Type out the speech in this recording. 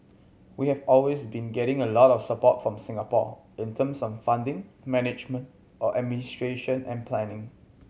we have always been getting a lot of support from Singapore in terms of funding management or administration and planning